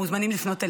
מוזמנים לפנות אלינו.